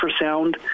ultrasound